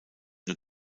nur